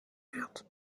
wird